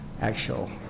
actual